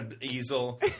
easel